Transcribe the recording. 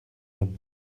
him